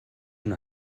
una